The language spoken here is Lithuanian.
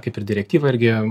kaip ir direktyvą irgi